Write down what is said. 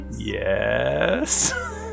Yes